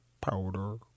powder